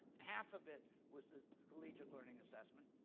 half of it was the collegiate learning assessment,